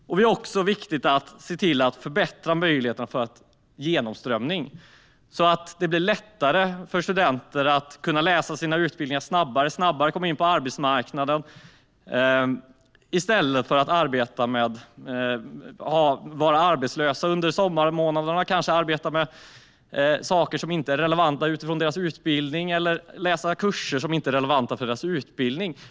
Det är också viktigt att förbättra möjligheterna till genomströmning, så att det blir lättare för studenter att genomgå sin utbildning snabbare för att snabbare komma in på arbetsmarknaden i stället för att vara arbetslösa under sommarmånaderna eller kanske arbeta med saker eller läsa kurser som inte är relevanta utifrån deras utbildning.